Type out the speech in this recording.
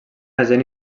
agent